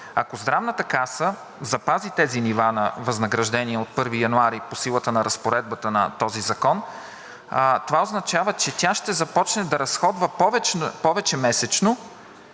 ако Здравната каса запази тези нива на възнаграждение от 1 януари по силата на Разпоредбата на този закон, това означава, че тя ще започне да разходва повече месечно,